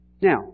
Now